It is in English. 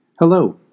Hello